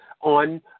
on